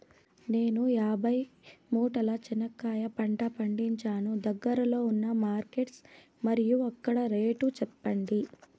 నేను యాభై మూటల చెనక్కాయ పంట పండించాను దగ్గర్లో ఉన్న మార్కెట్స్ మరియు అక్కడ రేట్లు చెప్పండి?